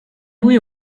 louis